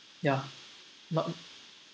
ya not